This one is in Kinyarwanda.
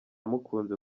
mukunze